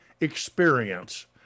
experience